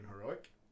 Heroic